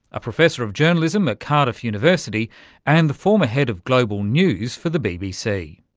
a professor of journalism at cardiff university and the former head of global news for the bbc.